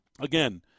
again